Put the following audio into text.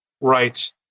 Right